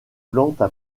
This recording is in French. plantes